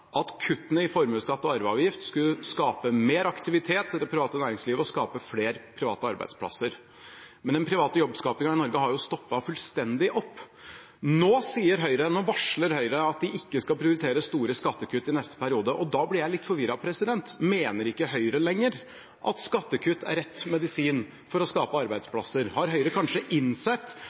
at kuttene i formuesskatt og arveavgift skulle skape mer aktivitet i det private næringslivet og skape flere private arbeidsplasser. Men den private jobbskapingen i Norge har jo stoppet fullstendig opp. Nå varsler Høyre at de ikke skal prioritere store skattekutt i neste periode, og da blir jeg litt forvirret. Mener ikke Høyre lenger at skattekutt er rett medisin for å skape arbeidsplasser? Har Høyre kanskje innsett